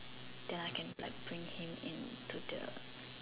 then I can like bring him in to the